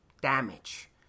Damage